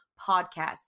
podcast